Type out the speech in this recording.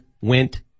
went